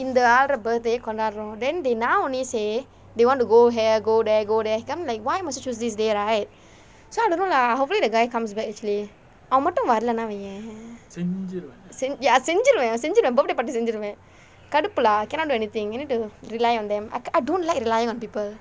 இந்த ஆளோட:intha aaloda birthday கொண்டாடுரும்னு :kondaadurumnu then they now only say they want to go here go there go there then I'm like why must you choose this day right so I don't know lah hopefully the guy comes back actually அவன் மட்டும் வரலைன்னா வையே சென்:avan mattum varalannaa vaiye sen ya செஞ்சிருவேன் செஞ்சிருவேன்:senjiruven senjiruven birthday party செஞ்சிருவேன் கடுப்பு:senjiruven kaduppu lah cannot do anything you need to rely on them I I don't like relying on people